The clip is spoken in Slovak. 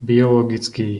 biologický